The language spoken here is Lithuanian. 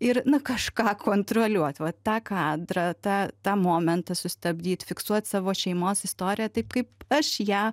ir na kažką kontroliuot va tą kadrą tą tą momentą sustabdyt fiksuot savo šeimos istoriją taip kaip aš ją